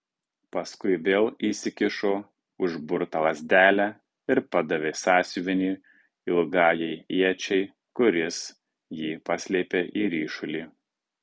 paskui vėl įsikišo užburtą lazdelę ir padavė sąsiuvinį ilgajai iečiai kuris jį paslėpė į ryšulį